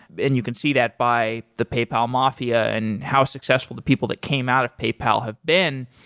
and you can see that by the paypal mafia and how successful the people that came out of paypal have been,